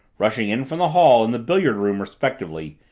rushing in from the hall and the billiard room respectively,